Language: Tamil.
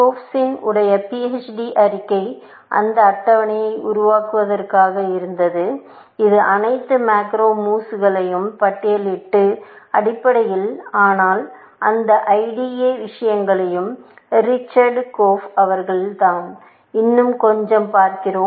கோர்ஃபின் Korf's உடைய PHD ஆய்வறிக்கை அந்த அட்டவணையை உருவாக்குவதாக இருந்தது இது அனைத்து மேக்ரோ மூவ்ஸ் களையும் பட்டியலிட்டது அடிப்படையில் ஆனால் இந்த IDA விஷயங்களும் ரிச்சர்ட் கோர்ப் அவர்களால் தான் இன்னும் கொஞ்சம் பார்க்கிறோம்